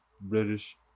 British